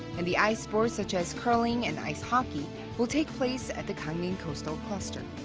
and the ice sports such as curling and ice hockey will take place at the gangneung coastal cluster.